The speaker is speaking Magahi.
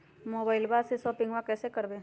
मोबाइलबा से शोपिंग्बा कैसे करबै?